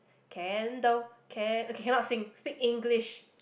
can the can okay cannot sing speak English